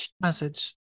Message